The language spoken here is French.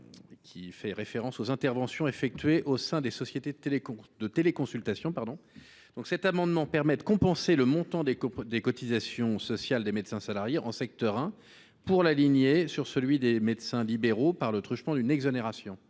a pour objet les interventions effectuées au sein des sociétés de téléconsultation. Il vise à compenser le montant des cotisations sociales des médecins salariés en secteur 1 pour l’aligner sur celui des médecins libéraux par le truchement d’une exonération.